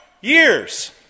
years